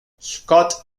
scott